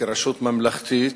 כרשות ממלכתית,